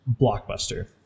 Blockbuster